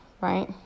right